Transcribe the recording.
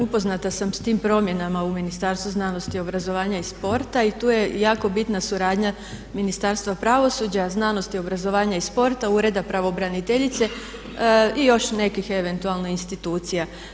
Da, upoznata sam s tim promjenama u Ministarstvu znanosti, obrazovanja i sporta i tu je jako bitna suradnja Ministarstva pravosuđa, znanosti, obrazovanja i sporta, Ureda pravobraniteljice i još nekih eventualno institucija.